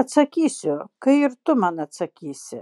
atsakysiu kai ir tu man atsakysi